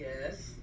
Yes